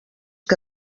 que